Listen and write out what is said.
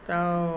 तर